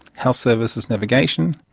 health services navigation,